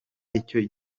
icyo